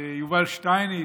יובל שטייניץ,